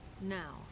now